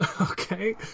okay